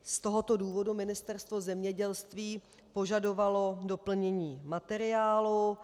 Z tohoto důvodu Ministerstvo zemědělství požadovalo doplnění materiálu.